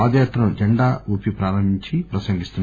పాదయాత్రను జెండా ఊపిప్రారంభించి ప్రసంగిస్తున్నారు